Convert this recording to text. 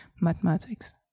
mathematics